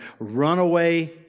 Runaway